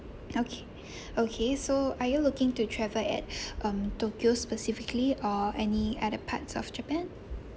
okay okay so are you looking to travel at um tokyo specifically or any other parts of japan